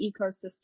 ecosystem